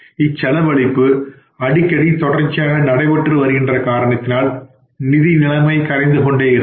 இச்செலவளிப்பு அடிக்கடி தொடர்ச்சியாக நடைபெற்று வருகின்ற காரணத்தினால் நிதிநிலைமை கரைந்து கொண்டே இருக்கும்